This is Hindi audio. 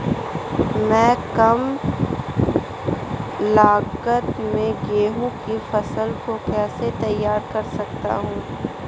मैं कम लागत में गेहूँ की फसल को कैसे तैयार कर सकता हूँ?